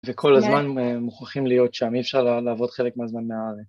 וכל הזמן מוכרחים להיות שם, אי אפשר לעבוד חלק מהזמן מהארץ.